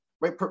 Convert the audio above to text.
right